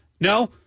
No